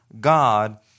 God